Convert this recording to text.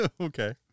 Okay